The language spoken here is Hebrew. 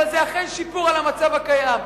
אבל זה אכן שיפור של המצב הקיים.